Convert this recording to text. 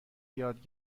یاد